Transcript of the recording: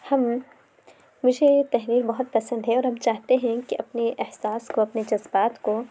مجھے یہ تحریر بہت پسند ہے اور ہم چاہتے ہیں کہ اپنے احساس کو اپنے جذبات کو